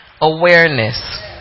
awareness